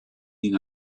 been